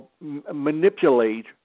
manipulate